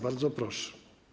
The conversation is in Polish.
Bardzo proszę.